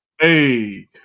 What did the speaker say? Hey